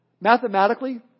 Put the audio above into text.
Mathematically